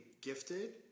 gifted